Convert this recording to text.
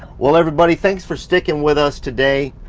well everybody thanks for sticking with us today.